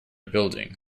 building